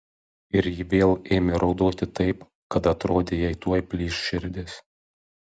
ir ji vėl ėmė raudoti taip kad atrodė jai tuoj plyš širdis